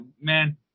man